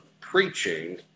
preaching